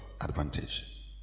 advantage